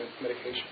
medication